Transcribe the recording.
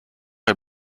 est